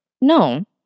No